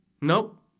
Nope